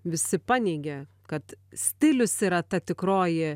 visi paneigia kad stilius yra ta tikroji